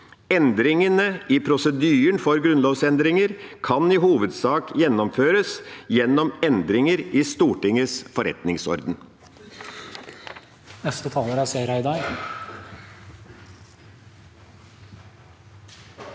Endringene i prosedyren for grunnlovsendringer kan i hovedsak gjennomføres gjennom endringer i Stortingets forretningsorden.